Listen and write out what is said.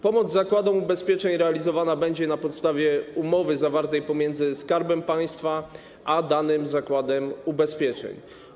Pomoc zakładom ubezpieczeń realizowana będzie na podstawie umowy zawartej pomiędzy Skarbem Państwa a danym zakładem ubezpieczeń.